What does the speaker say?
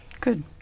Good